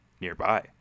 nearby